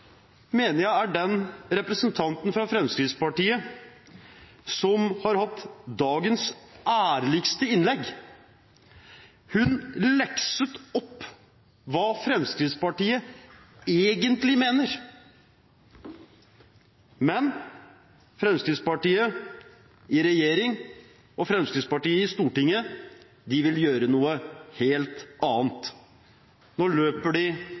jeg er den representanten fra Fremskrittspartiet som har hatt dagens ærligste innlegg. Hun lekset opp hva Fremskrittspartiet egentlig mener. Men Fremskrittspartiet i regjering og Fremskrittspartiet i Stortinget vil gjøre noe helt annet. Nå løper de